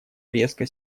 резко